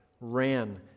ran